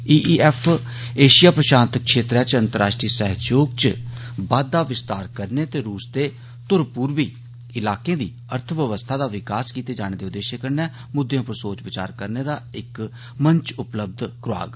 ई E F Asia प्रशांत क्षेत्रै च अंतरराष्ट्रीय सहयोग च बाद्दा विस्तार करने ते रूस दे धुरपूर्वी इलाके दी अर्थ व्यवस्था दा विकास कीते जाने दे उद्देश्य कन्नै मुद्दें उप्पर सोच विचार करने दा इक मंच उपलब्ध करवाग